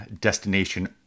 Destination